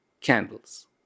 candles